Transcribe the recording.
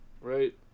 Right